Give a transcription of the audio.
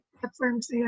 platforms